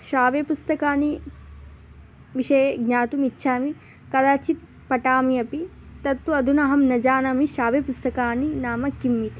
श्राव्यपुस्तकानि विषये ज्ञातुम् इच्छामि कदाचित् पठामि अपि तत्तु अधुना अहं न जानामि श्राव्यपुस्तकानि नाम किम् इति